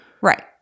Right